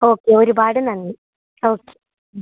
okay ഒരുപാട് നന്ദി okay ഉം